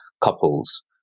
couple's